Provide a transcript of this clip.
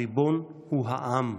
הריבון הוא העם.